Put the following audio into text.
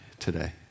Today